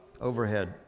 overhead